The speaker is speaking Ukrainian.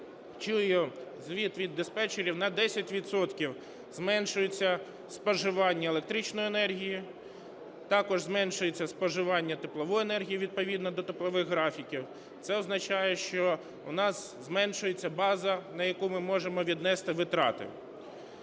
чую звіт від диспетчерів, на 10 відсотків зменшується споживання електричної енергії. Також зменшується споживання теплової енергії, відповідно до теплових графіків. Це означає, що у нас зменшується база, на яку ми можемо віднести витрати.